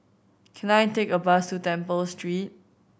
can I take a bus to Temple Street